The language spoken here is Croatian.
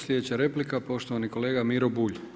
Sljedeća replika, poštovani kolega Miro Bulj.